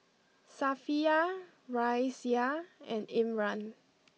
Safiya Raisya and Imran